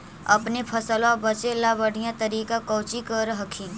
अपने फसलबा बचे ला बढ़िया तरीका कौची कर हखिन?